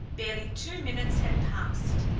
barely two minutes had passed.